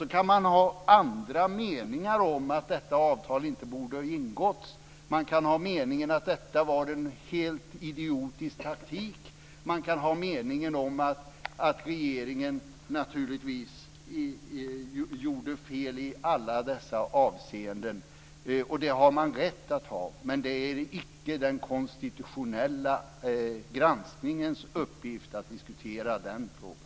Sedan kan man ha andra meningar om att detta avtal inte borde ha ingåtts, man kan ha meningen att detta var en helt idiotisk taktik och man kan ha meningen om att regeringen naturligtvis gjorde fel i alla dessa avseenden. Det har man rätt att ha. Men det är icke den konstitutionella granskningens uppgift att diskutera den frågan.